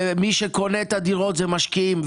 ומי שקונה את הדירות אלה משקיעים.